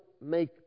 make